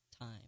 time